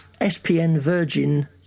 spnvirgin